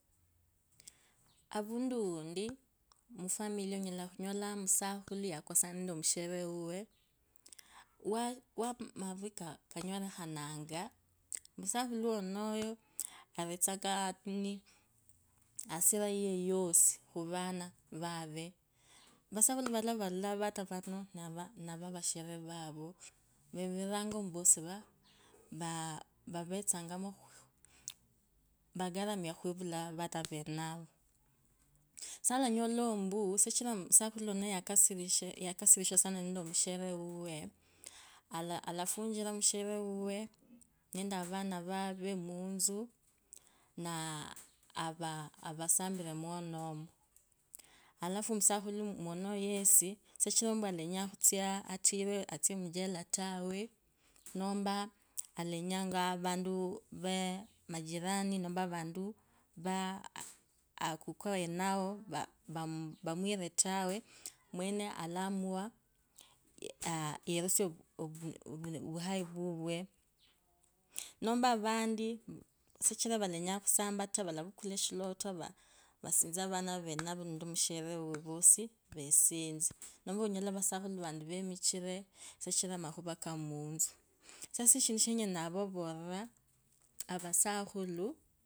Avundu undi, mofimili onyola khunywola musakulu ukasane nende mushere uwe. Waa wamavi danyolekhanga, omusakhulu wenayo avetsango ni nini asiri yiyo yosi khuvana vave. Vasakhulu valala vali ata vano nivovashare vave. vaviriranga vari vosi vaa. vaa vavetakamu vakaramia khuvula avaho venavo. sa olanyola mbuu sitsira omusakhula yakasiriche nende meshere uwe, alafunjira avana mutsu naa avasambira mwonovo alafu musakhule unoyo yesi sinjira sialenyanga khutsia muchela tawe, namba elenyemba avantu majirani namba ovantu vaa avuko wenayo vamwire tawe, mwene alaamua yerusie ovuu ovuhai vuvwe. nomba vonti shichira valenyanga khusamaba taa, valaa vuku eshilotowa, vasitse avana nende mushere vosi vesitse. sasa eshindu shenyala navavorera avasakhulu.